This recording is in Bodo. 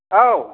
औ